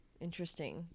interesting